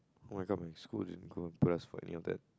oh my god my school didn't go press for any of that